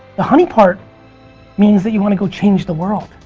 the honey part means that you want to go change the world.